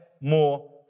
more